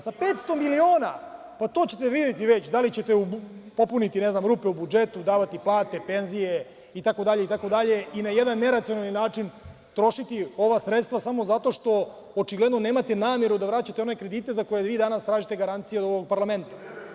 Sa 500 miliona, to ćete videti već da li ćete popuniti rupe u budžetu, davati plate i penzije, itd, itd, i na jedan neracionalan način trošiti ova sredstva, samo zato što, očigledno, nemate nameru da vraćate one kredite za koje vi danas tražite garancije od ovog Parlamenta.